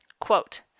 Quote